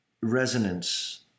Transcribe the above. resonance